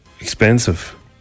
expensive